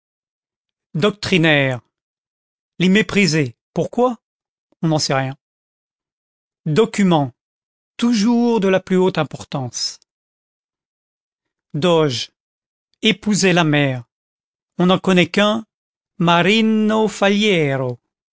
doctrinaires les mépriser pourquoi on n'en sait rien document toujours de la plus haute importance doge epousait la mer on n'en connaît qu'un marino